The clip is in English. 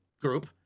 group